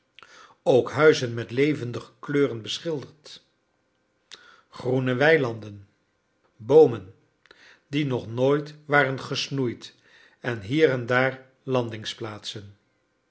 ook huizen met levendige kleuren beschilderd groene weilanden boomen die nog nooit waren gesnoeid en hier en daar